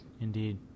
Indeed